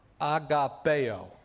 agapeo